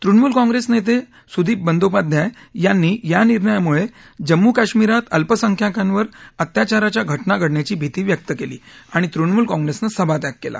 तृणमूल काँग्रेस नेते सुदीप बंदोपाध्याय यांनी या निर्णयामुळे जम्मू कश्मिरात अल्पसंख्याकांवर अत्याचाराच्या घटना घडण्याची भीती व्यक्त केली आणि तृणमूल काँग्रेसनं सभात्याग केला